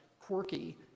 quirky